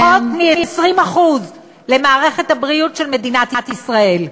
זה פחות מ-20% למערכת הבריאות של מדינת ישראל.